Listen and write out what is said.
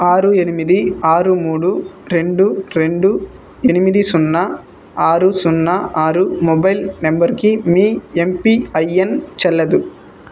ఆరు ఎనిమిది ఆరు మూడు రెండు రెండు ఎనిమిది సున్నా ఆరు సున్నా ఆరు మొబైల్ నంబరుకి మీ ఎంపిఐన్ చెల్లదు